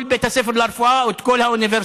בית הספר לרפואה או את כל האוניברסיטה.